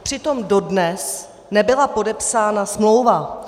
Přitom dodnes nebyla podepsána smlouva.